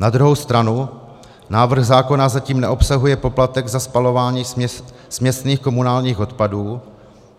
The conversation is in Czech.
Na druhou stranu návrh zákona zatím neobsahuje poplatek za spalování směsných komunálních odpadů,